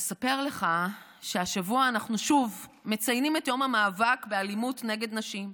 אספר לך שהשבוע אנחנו שוב מציינים את יום המאבק באלימות נגד נשים.